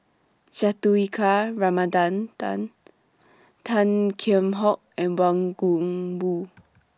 Juthika Ramanathan Tan Kheam Hock and Wang Gungwu